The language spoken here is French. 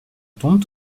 tombe